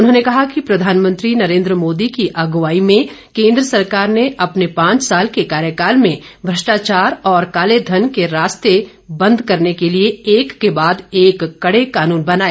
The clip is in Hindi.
उन्होंने कहा कि प्रधानमंत्री नरेन्द्र मोदी की अगुवाई में केंद्र सरकार ने अपने पांच साल के कार्यकाल में भ्रष्टाचार और कालेधन के सारे रास्ते बंद करने के लिए एक के बाद एक कड़े कानून बनाए